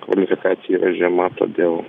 kvalifikacija yra žema todėl